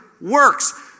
works